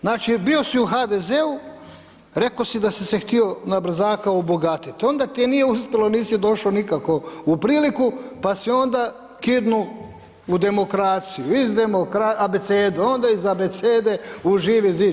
Znači, bio si u HDZ-u, rekao si da si se htio na brzaka obogatiti, onda ti nije uspjelo, nisi došao nikako u priliku, pa si onda kidnuo u demokraciju, abecedu, onda iz abecede u Živi Zid.